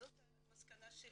זאת המסקנה שלי.